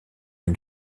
une